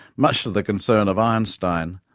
much to the concern of einstein.